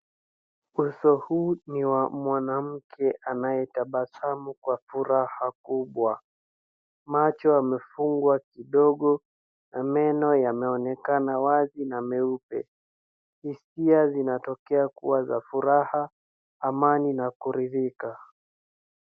Uso huu ni wa mwanamke anayetabasamu kwa furaha kubwa. Macho yamefungwa kidogo na meno yanaonekana wazi na meupe. Hisia zinatokea kuwa za furaha, amani na kurithika.